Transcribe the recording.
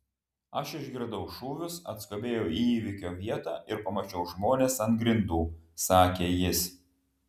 aš išgirdau šūvius atskubėjau į įvykio vietą ir pamačiau žmones ant grindų sakė jis